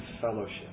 fellowship